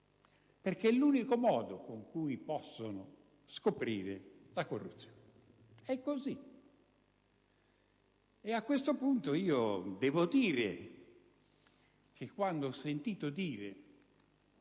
perché è l'unico modo con cui possono scoprire la corruzione. A questo punto, debbo dire che quando ho sentito che